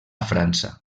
frança